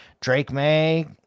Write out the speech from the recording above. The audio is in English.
Drake-May